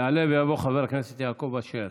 יעלה ויבוא חבר הכנסת יעקב אשר.